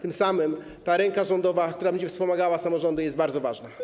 Tym samym ta ręka rządowa, która będzie wspomagała samorządy, jest bardzo ważna.